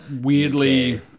weirdly